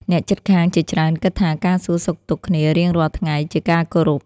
អ្នកជិតខាងជាច្រើនគិតថាការសួរសុខទុក្ខគ្នារៀងរាល់ថ្ងៃជាការគោរព។